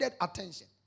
attention